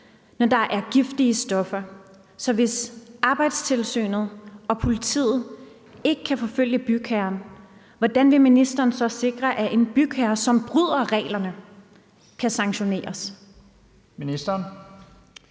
når der er giftige stoffer, så hvis Arbejdstilsynet og politiet ikke kan forfølge bygherren, hvordan vil ministeren så sikre, at en bygherre, som bryder reglerne, kan sanktioneres?